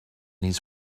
his